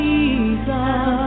Jesus